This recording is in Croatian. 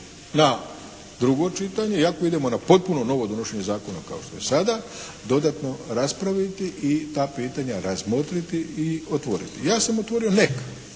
na drugo čitanje i ako idemo na potpuno novo donošenje zakona kao što je sada, dodatno raspraviti i ta pitanja razmotriti i otvoriti. Ja sam o tvorio neka,